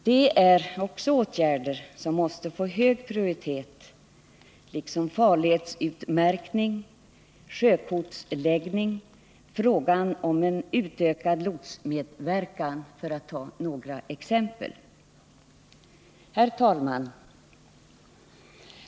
Det är också åtgärder som måste få hög prioritet liksom farledsutmärkning, sjökortsläggning och utökad lotsmedverkan för att ta några exempel. Herr talman!